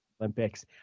Olympics